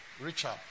Richard